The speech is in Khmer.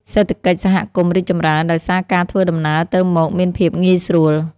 សេដ្ឋកិច្ចសហគមន៍រីកចម្រើន ដោយសារការធ្វើដំណើរទៅមកមានភាពងាយស្រួល។